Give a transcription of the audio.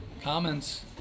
comments